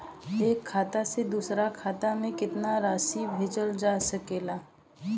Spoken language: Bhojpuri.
एक खाता से दूसर खाता में केतना राशि भेजल जा सके ला?